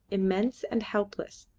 immense and helpless,